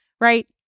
right